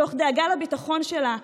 מתוך דאגה לביטחון שלה,